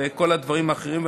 וכל הדברים האחרים,